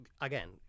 again